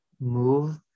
move